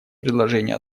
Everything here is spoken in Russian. предложения